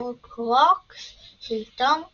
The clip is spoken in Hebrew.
הורקרוקס של טום רידל.